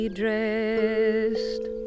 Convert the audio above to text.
dressed